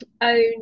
own